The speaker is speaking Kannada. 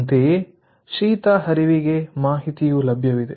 ಅಂತೆಯೇ ಶೀತ ಹರಿವಿಗೆ ಮಾಹಿತಿಯು ಲಭ್ಯವಿದೆ